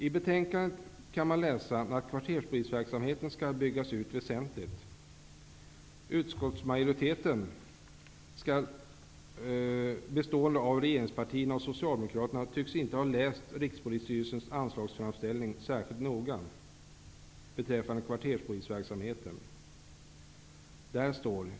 I betänkandet kan man läsa att kvarterspolisverksamheten skall byggas ut väsentligt. Utskottsmajoriteten -- bestående av regeringspartierna och Socialdemokraterna -- tycks inte ha läst Rikspolisstyrelsens anslagsframställning särskilt noga vad gäller kvarterspolisverksamheten.